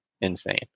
insane